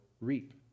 reap